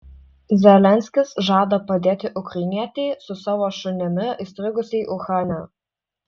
zelenskis žada padėti ukrainietei su savo šunimi įstrigusiai uhane